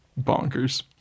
bonkers